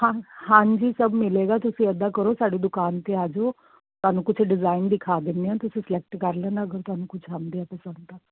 ਹਾਂ ਹਾਂਜੀ ਸਭ ਮਿਲੇਗਾ ਤੁਸੀਂ ਇੱਦਾਂ ਕਰੋ ਸਾਡੀ ਦੁਕਾਨ 'ਤੇ ਆ ਜਾਓ ਤੁਹਾਨੂੰ ਕੁਛ ਡਿਜ਼ਾਇਨ ਦਿਖਾ ਦਿੰਦੇ ਹਾਂ ਤੁਸੀਂ ਸਲੈਕਟ ਕਰ ਲੈਣਾ ਅਗਰ ਤੁਹਾਨੂੰ ਕੁਛ ਆਉਂਦੇ ਹੈ ਪਸੰਦ ਤਾਂ